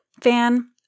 fan